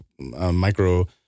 micro